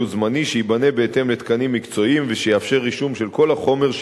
וזמני שייבנה בהתאם לתקנים מקצועיים ויאפשר רישום של כל החומר,